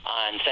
on